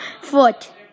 foot